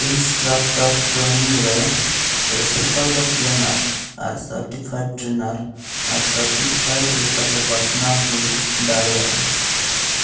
instructor training ᱨᱮ special ᱫᱚ trainer ᱟᱨ ᱥᱟᱨᱴᱤᱯᱷᱟᱭᱤᱰ ᱴᱨᱮᱱᱟᱴ ᱟᱨ ᱥᱟᱨᱴᱤᱯᱷᱟᱭᱤᱰ ᱞᱮᱠᱟᱛᱮ ᱵᱟᱪᱷᱟᱱᱟᱣ ᱦᱩᱭ ᱫᱟᱲᱮᱭᱟᱜᱼᱟ